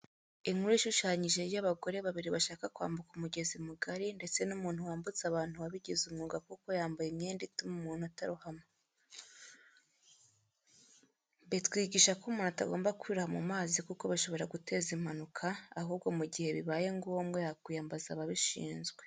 Inkuru ishushanyije y'abagore babiri bashaka kwambuka umugezi mugari ndetse n'umuntu wambutsa abantu wabigize umwuga kuko yambaye imyenda ituma umuntu atarohama. Bitwigisha ko umuntu atagomba kwiroha mu mazi kuko bishobora guteza impanuka, ahubwo mu gihe bibaye ngombwa yakwiyambaza ababishinzwe .